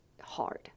hard